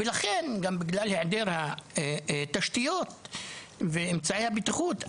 ולכן גם בגלל היעדר התשתיות ואמצעי הבטיחות,